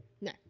No